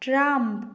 Trump